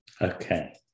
Okay